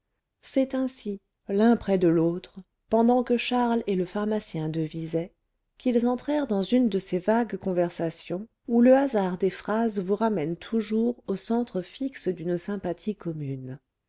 c'est ainsi l'un près de l'autre pendant que charles et le pharmacien devisaient qu'ils entrèrent dans une de ces vagues conversations où le hasard des phrases vous ramène toujours au centre fixe d'une sympathie commune